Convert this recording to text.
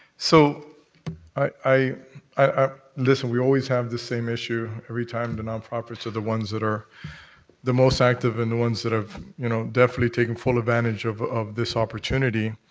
so i i listen, we always have the same issue every time the nonprofits are the ones that are the most active and the ones that have, you know, definitely taken full advantage of of this opportunity.